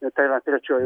ir tai yra trečioji